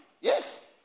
Yes